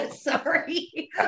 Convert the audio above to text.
Sorry